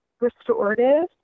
Restorative